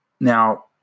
Now